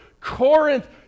Corinth